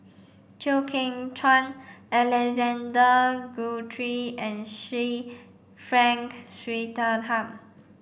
Chew Kheng Chuan Alexander Guthrie and Sir Frank Swettenham